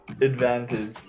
advantage